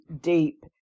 deep